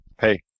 Hey